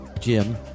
Jim